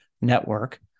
network